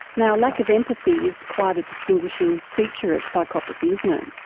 now, lack of empathy is quite a distinguishing feature of psychopathy, isn't it?